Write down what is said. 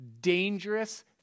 dangerous